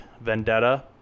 vendetta